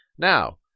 Now